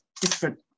different